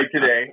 today